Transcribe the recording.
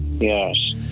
Yes